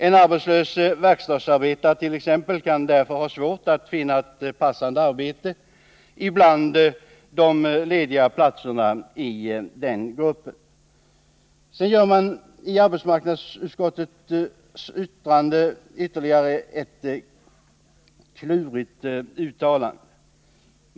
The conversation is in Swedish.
En arbetslös verkstadsarbetare t.ex. kan därför ha svårt att finna ett passande arbete bland de lediga platser som finns för hans yrkeskategori. I arbetsmarknadsutskottets yttrande gör man ytterligare ett klurigt uttalande.